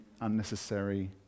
unnecessary